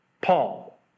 Paul